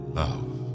love